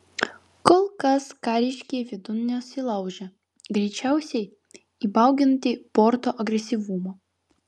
kol kas kariškiai vidun nesilaužė greičiausiai įbauginti porto agresyvumo